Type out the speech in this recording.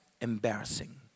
embarrassing